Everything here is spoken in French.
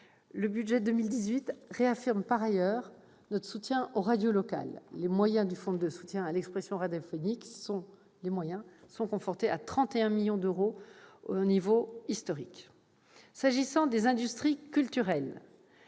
Le budget pour 2018 réaffirme par ailleurs notre soutien aux radios locales. Les moyens du fonds de soutien à l'expression radiophonique sont confortés à 31 millions d'euros, un niveau historique. J'en viens aux industries culturelles.